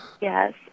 Yes